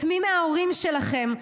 את מי מההורים שלכם,